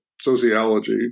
sociology